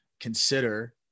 consider